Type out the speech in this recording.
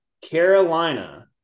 Carolina